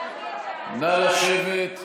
נא לשבת.